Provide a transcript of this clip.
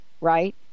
right